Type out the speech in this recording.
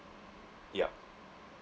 yup